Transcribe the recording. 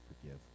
forgive